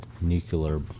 nuclear